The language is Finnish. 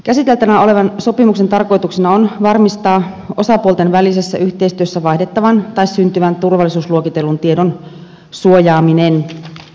käsiteltävänä olevan sopimuksen tarkoituksena on varmistaa osapuolten välisessä yhteistyössä vaihdettavan tai syntyvän turvallisuusluokitellun tiedon suojaaminen